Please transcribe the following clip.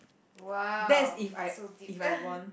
!wow! so deep